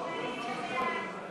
מי נגד?